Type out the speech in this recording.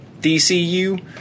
DCU